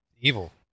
Evil